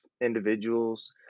individuals